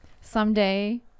Someday